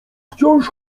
wciąż